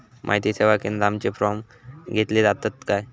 माहिती सेवा केंद्रात आमचे फॉर्म घेतले जातात काय?